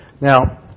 now